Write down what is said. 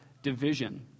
division